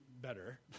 better